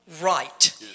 right